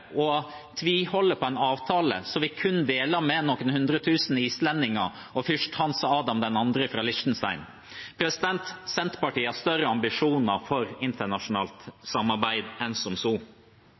på en avtale som vi kun deler med noen hundre tusen islendinger og fyrst Hans Adam 2 av Liechtenstein. Senterpartiet har større ambisjoner for internasjonalt